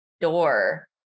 door